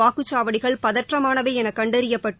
வாக்குச்சாவடிகள் பதற்றமானவை என கண்டறியப்பட்டு